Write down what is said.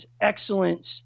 excellence